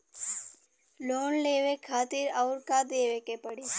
Loan लेवे खातिर अउर का देवे के पड़ी?